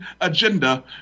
agenda